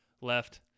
Left